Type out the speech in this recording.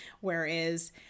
whereas